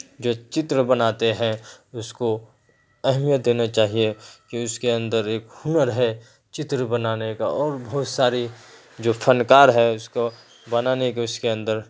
جو چتر بناتے ہیں اس کو اہمیت دینا چاہیے کہ اس کے اندر ایک ہنر ہے چتر بنانے کا اور بہت سارے جو فن کار ہے اس کو بنانے کو اس کے اندر